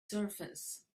surface